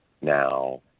now